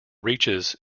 reaches